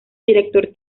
director